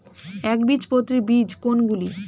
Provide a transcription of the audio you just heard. একবীজপত্রী বীজ কোন গুলি?